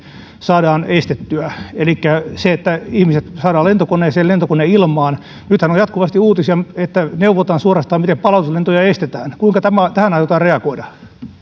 saadaan estettyä elikkä että ihmiset saadaan lentokoneeseen lentokone ilmaan nythän on jatkuvasti uutisia että suorastaan neuvotaan miten palautuslentoja estetään kuinka tähän aiotaan reagoida